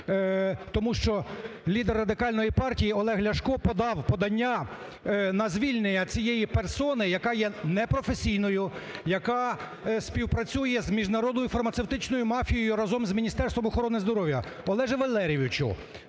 тому що лідер Радикальної партії Олег Ляшко подав подання на звільнення цієї персони, яка є непрофесійною, яка співпрацює з міжнародною фармацевтичною мафією разом з Міністерством охорони здоров'я. Олеже Валерійовичу,